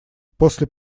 после